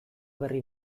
berri